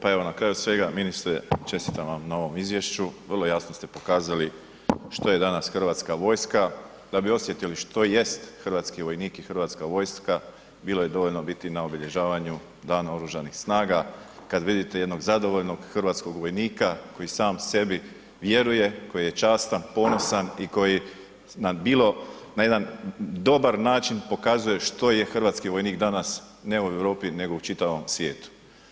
Pa evo na kraju svega, ministre čestitam vam na ovom izvješću, vrlo jasno ste pokazali što je danas Hrvatska vojska, da bi osjetili što jest hrvatski vojnik i Hrvatska vojska bilo je dovoljno biti na obilježavanju dana Oružanih snaga kada vidite jednog zadovoljnog hrvatskog vojnika koji sam sebi vjeruje, koji je častan, ponosan i koji na bilo, na jedan dobar način pokazuje što je hrvatski vojnik danas, ne u Europi nego u čitavom svijetu.